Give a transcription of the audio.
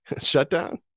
shutdown